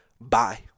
Bye